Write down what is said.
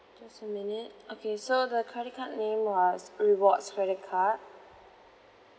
just a minute okay so the credit card name was rewards credit card